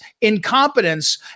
incompetence